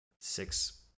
six